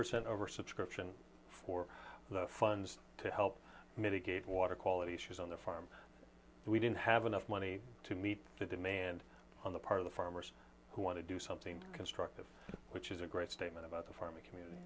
percent oversubscription for funds to help mitigate water quality issues on the farm we didn't have enough money to meet the demand on the part of the farmers who want to do something constructive which is a great statement about the farming community